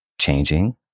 changing